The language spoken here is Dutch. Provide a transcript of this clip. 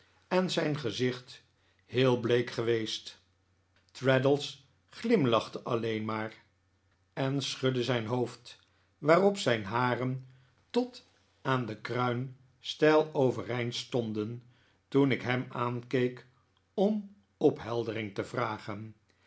en zijn gezicht heel bleek geweest traddles glimlachte alleen maar en schudde zijn hoofd waarop zijn haren tot aan de kruin steil overeind stonden toen ik hem aankeek om opheldering te vragen